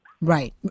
right